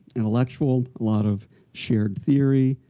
intellectual, a lot of shared theory,